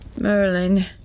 Merlin